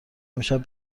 امشب